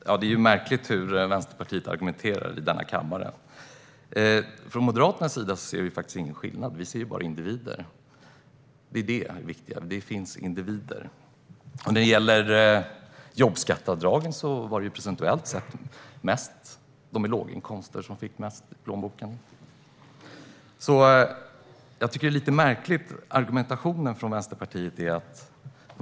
Herr talman! Det är märkligt hur Vänsterpartiet argumenterar i kammaren. Från Moderaternas sida ser vi ingen skillnad. Vi ser bara individer. De är viktiga. Det finns individer. När det gäller jobbskatteavdragen var det ju procentuellt sett de med låga inkomster som fick mest i plånboken. Jag tycker att argumentationen från Vänsterpartiet är lite märklig.